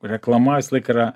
reklama visąlaik yra